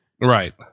Right